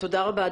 תודה רבה.